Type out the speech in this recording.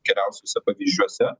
geriausiuose pavyzdžiuose